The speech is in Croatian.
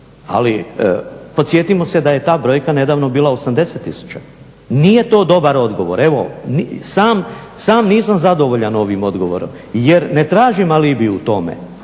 Ali podsjetimo se da je ta brojka nedavno bila 80 tisuća. Nije to dobar odgovor. Evo, sam nisam zadovoljan ovim odgovorom jer ne tražim alibi u tome,